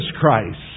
Christ